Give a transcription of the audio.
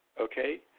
okay